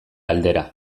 aldera